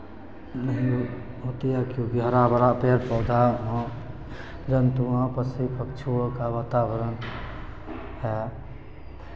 नही होती है क्यूँकि हरा भरा पेड़ पौधा वहाँ जन्तु वहाँ पशु पक्षियो का वातावरण है